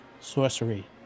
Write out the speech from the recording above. sorcery